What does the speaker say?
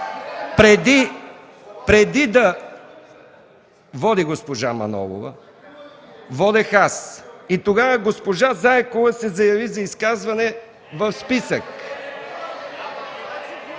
Преди да води госпожа Манолова, водих аз и тогава госпожа Заякова се заяви за изказване в списък.